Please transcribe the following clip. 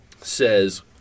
says